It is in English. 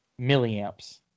milliamps